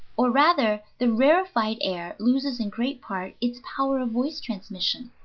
or, rather, the rarefied air loses in great part its power of voice transmission,